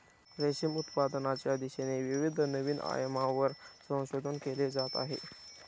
रेशीम उत्पादनाच्या दिशेने विविध नवीन आयामांवर संशोधन केले जात आहे